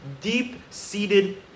deep-seated